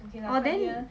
orh then